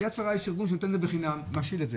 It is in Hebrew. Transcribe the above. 'יד שרה' הוא נותן את זה בחינם, משאיל את זה.